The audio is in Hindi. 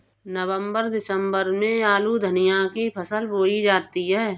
नवम्बर दिसम्बर में आलू धनिया की फसल बोई जाती है?